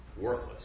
worthless